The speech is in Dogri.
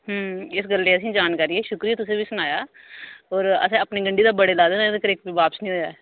हूं इस गल्ला दी असेंगी जानकारी ऐ शुक्र ऐ तुसें बी सनाया और असें अपनी गंढी दा बड़े लाए देन अजें तक्कर एक बी वापस नेई होआ ऐ